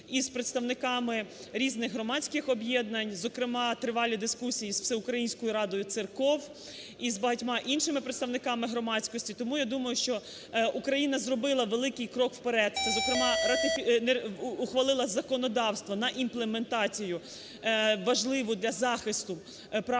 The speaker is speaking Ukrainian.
із представниками різних громадських об'єднань, зокрема тривалі дискусії з Всеукраїнською радою церков і з багатьма іншими представниками громадськості. Тому, я думаю, що Україна зробила великий крок вперед, це, зокрема, ухвалила законодавство на імплементацію важливу для захисту прав жінок,